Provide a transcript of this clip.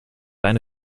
eine